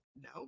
no